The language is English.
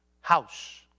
house